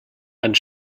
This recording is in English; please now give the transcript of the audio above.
and